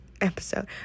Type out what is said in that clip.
episode